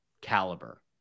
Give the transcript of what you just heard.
caliber